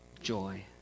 joy